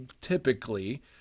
typically